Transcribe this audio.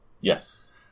Yes